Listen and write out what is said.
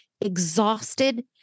exhausted